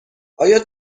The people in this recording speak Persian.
آیا